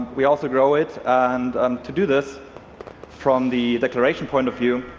we also grow it and to do this from the declaration point of view,